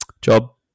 Job